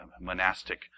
monastic